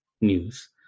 news